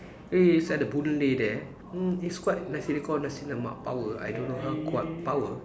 eh it's at the Boon Lay there mm it's quite nasi dia call nasi lemak power I don't know how kuat power